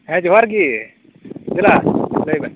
ᱳᱮ